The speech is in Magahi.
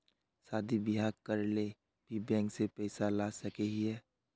शादी बियाह करे ले भी बैंक से पैसा ला सके हिये?